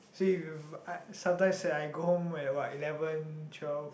say you sometimes that I go home at where about eleven twelve